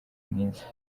mwiza